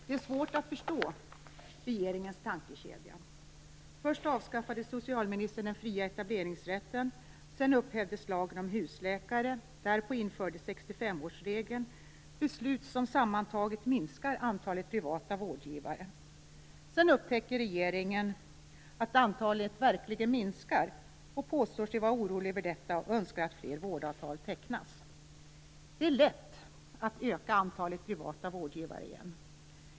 Det är svårt att förstå regeringens tankekedja. Först avskaffade socialministern den fria etableringsrätten. Sedan upphävdes lagen om husläkare. Därpå infördes 65-årsregeln. Det här är beslut som sammantaget minskar antalet privata vårdgivare. Sedan upptäcker regeringen att antalet verkligen minskar. Man påstår sig vara orolig över detta och önskar att fler vårdavtal tecknas. Det är lätt att öka antalet privata vårdgivare igen.